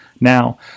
now